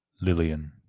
lillian